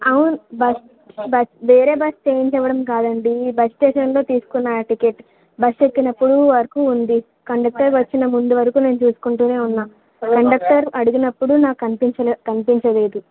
అవును bus bus వేరే bus change అవ్వడం కాదండి బస్ స్టేషన్లో తీసుకున్న ఆ టికెట్ బస్ ఎక్కినప్పుడు వరకు ఉంది కండక్టర్ వచ్చిన ముందు వరకు నేను చూసుకుంటు ఉన్నాను కండక్టర్ అడిగినప్పుడు నాకు కనిపించలేదు కనిపించలేదు